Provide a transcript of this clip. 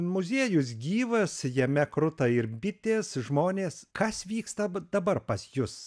muziejus gyvas jame kruta ir bitės žmonės kas vyksta dabar pas jus